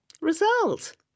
Result